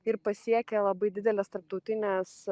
ir pasiekia labai dideles tarptautines